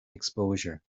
exposure